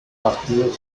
partido